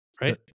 right